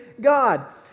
God